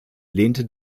lehnte